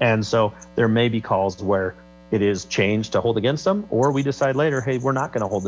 and so there may be calls where it is changed to hold against them or we decide later hey we're not going to hold